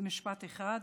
במשפט אחד: